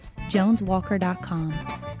joneswalker.com